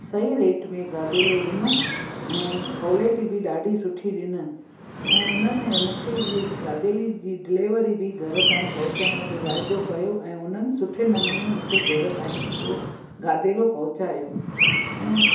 सही रेट में गादेलो ॾिनो ऐं कॉलेटी बि ॾाढी सुठी ॾिननि ऐं उन्हनि मूंखे इहा गादेले जी डिलेवरी बि घर ताईं पहुचाइण जो वाइदो कयो ऐं उन्हनि सुठे नमूने मूंखे घर ताईं उहो गादेलो पहुचायो ऐं